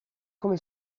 come